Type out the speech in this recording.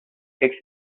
fixed